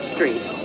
Street